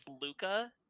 luca